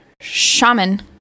shaman